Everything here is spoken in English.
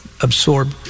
absorb